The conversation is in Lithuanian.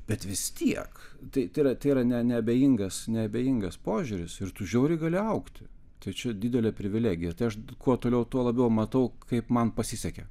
bet vis tiek tai tai yra tai yra ne neabejingas neabejingas požiūris ir tu žiauriai gali augti tai čia didelė privilegija tai aš kuo toliau tuo labiau matau kaip man pasisekė